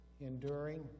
enduring